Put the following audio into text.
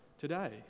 today